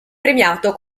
premiato